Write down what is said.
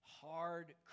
hard